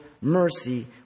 mercy